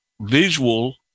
visual